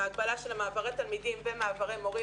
ההגבלה של מעברי תלמידים ומעברי מורים,